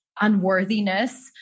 unworthiness